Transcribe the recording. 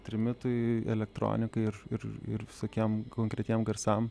trimitui elektronikai ir ir visokiem konkretiem garsam